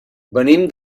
venim